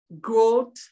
growth